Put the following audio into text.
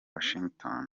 washington